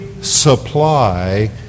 supply